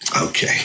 Okay